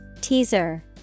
Teaser